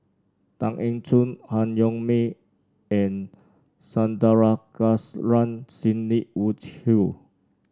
Tan Eng Joo Han Yong May and Sandrasegaran Sidney Woodhull